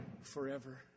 forever